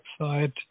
website